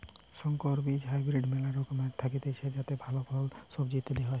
সংকর বীজ হাইব্রিড মেলা রকমের থাকতিছে যাতে ভালো ফল, সবজি ইত্যাদি হয়